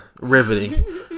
riveting